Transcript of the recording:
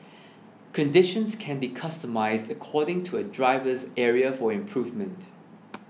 conditions can be customised according to a driver's area for improvement